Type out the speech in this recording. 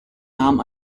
nahm